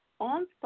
on